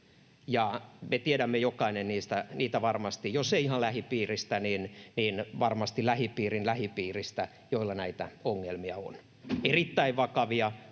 Me tiedämme jokainen varmasti jonkun, jos ei ihan lähipiiristä, niin varmasti lähipiirin lähipiiristä, joilla näitä ongelmia on — erittäin vakavia,